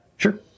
Sure